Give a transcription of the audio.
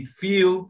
feel